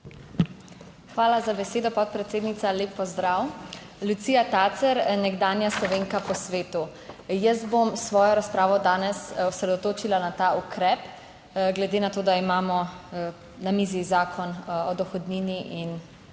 Hvala za besedo, podpredsednica. Lep pozdrav, Lucija Tacer, nekdanja Slovenka po svetu. Jaz bom svojo razpravo danes osredotočila na ta ukrep glede na to, da imamo na mizi Zakon o dohodnini in